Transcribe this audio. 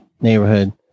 neighborhood